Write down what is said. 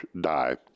die